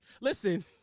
Listen